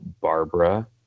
Barbara